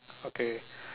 okay